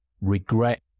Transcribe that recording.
regret